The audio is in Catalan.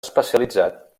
especialitzat